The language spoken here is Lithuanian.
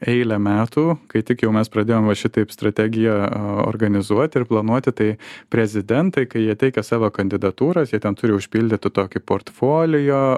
eilę metų kai tik jau mes pradėjom va šitaip strategiją organizuoti ir planuoti tai prezidentai kai jie teikia savo kandidatūras jie ten turi užpildyti tokį portfolio